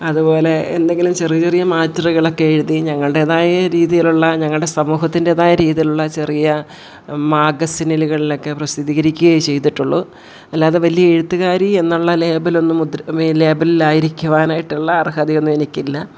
അതുപോലെ എന്തെങ്കിലും ചെറിയ ചെറിയ മാറ്ററുകൾ ഒക്കെ എഴുതി ഞങ്ങളുടേതായ രീതിയിലുള്ള ഞങ്ങളുടെ സമൂഹത്തിൻറേതായ രീതിയിലുള്ള ചെറിയ മാഗസീനുകളിലൊക്കെ പ്രസിദ്ധീകരിക്കുകയേ ചെയ്തിട്ടുള്ളൂ അല്ലാതെ വലിയ എഴുത്തുകാരി എന്നുള്ള ലേബൽ ഒന്നും മുദ്ര ലേബലിൽ ആയിരിക്കുവാനായിട്ടുള്ള അർഹതയൊന്നും എനിക്കില്ല